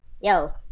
Yo